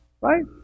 right